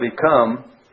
become